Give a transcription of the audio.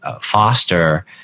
foster